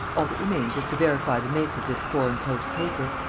all that remains is to verify the make of this foreign-post-paper.